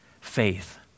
faith